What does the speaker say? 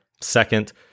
Second